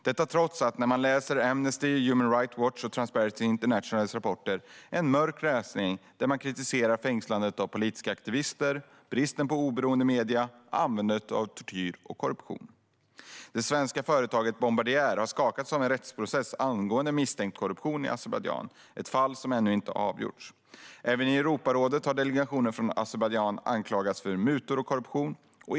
Detta trots att rapporter om landet från Amnesty, Human Rights Watch och Transparency International är mörk läsning. De kritiserar fängslandet av politiska aktivister, bristen på oberoende medier, användandet av tortyr och korruptionen. Det svenska företaget Bombardier har skakats av en rättsprocess angående misstänkt korruption i Azerbajdzjan, ett fall som ännu inte är avgjort. Även i Europarådet har delegationen från Azerbajdzjan anklagats för mutor och korruption.